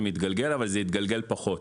זה מתגלגל אבל זה יתגלגל פחות.